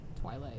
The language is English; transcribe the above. Twilight